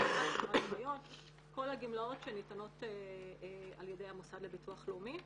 דמי --- כל הגמלאות שניתנות על ידי המוסד לביטוח לאומי.